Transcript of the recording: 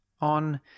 on